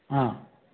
हा